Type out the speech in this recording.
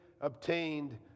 obtained